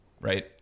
right